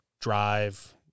drive